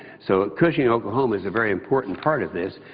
so cushing, oklahoma, is a very important part of this.